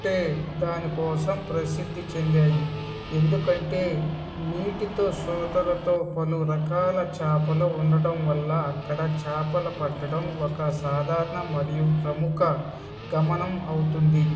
అంటే దానికోసం ప్రసిద్ధి చెందాయి ఎందుకంటే నీటితో శోతలతో పలు రకాల చేపలు ఉండడం వల్ల అక్కడ చేపల పట్టడం ఒక సాధారణ మరియు ప్రముఖ గమనం అవుతుంది